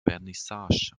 vernissage